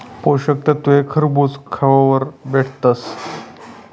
पोषक तत्वे खरबूज खावावर भेटतस